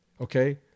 Okay